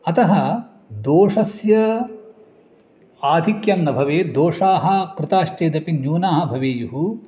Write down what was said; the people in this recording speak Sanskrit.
अतः दोषस्य आधिक्यं न भवेत् दोषाः कृताश्चेदपि न्यूनाः भवेयुः